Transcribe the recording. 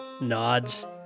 nods